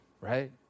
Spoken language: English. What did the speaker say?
right